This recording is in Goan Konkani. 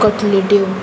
कटलेट्यो